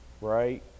right